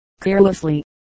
carelessly